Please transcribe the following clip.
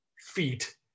feet